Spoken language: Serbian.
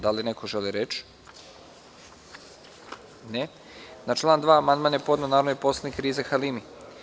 Da li neko želi reč? (Ne) Na član 2. amandman je podneo narodni poslanik Riza Halimi.